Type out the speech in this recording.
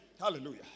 Hallelujah